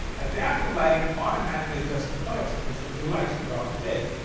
adaptive lighting automatically adjusts the color temperature of your lights throughout the day.